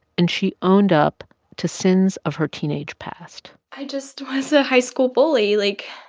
and she owned up to sins of her teenage past i just was a high school bully, like,